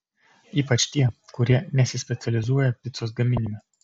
ypač tie kurie nesispecializuoja picos gaminime